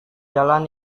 jalan